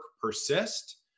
persist